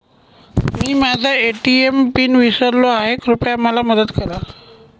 मी माझा ATM pin विसरलो आहे, कृपया मला मदत करा